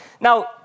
Now